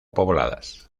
pobladas